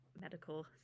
Medical